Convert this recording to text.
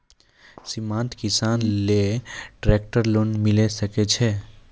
सीमांत किसान लेल ट्रेक्टर लोन मिलै सकय छै?